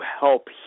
help